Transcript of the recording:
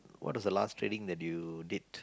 what is the last training that you did